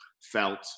felt